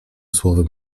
słowom